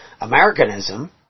Americanism